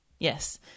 Yes